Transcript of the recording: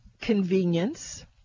convenience